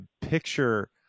picture